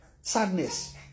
Sadness